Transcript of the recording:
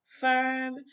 firm